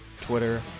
twitter